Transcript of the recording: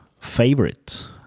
favorite